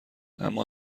اما